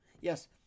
Yes